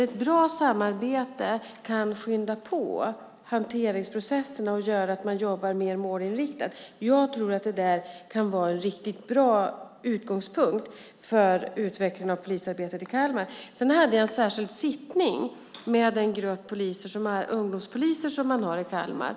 Ett bra samarbete kan skynda på hanteringsprocesserna och göra att man jobbar mer målinriktat. Jag tror att det kan vara en riktigt bra utgångspunkt för utvecklingen av polisarbetet i Kalmar. Sedan hade jag en särskild sittning med en grupp ungdomspoliser som man har i Kalmar.